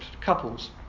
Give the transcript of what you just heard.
couples